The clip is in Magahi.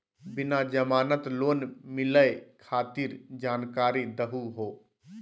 बिना जमानत लोन मिलई खातिर जानकारी दहु हो?